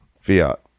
Fiat